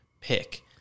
pick